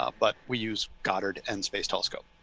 ah but we use goddard and space telescope.